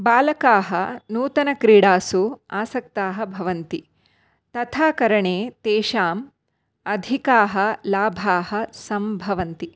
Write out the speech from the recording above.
बालकाः नूतनक्रीडासु आसक्ताः भवन्ति तथा करणे तेषां अधिकाः लाभाः सम्भवन्ति